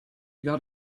got